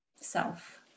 self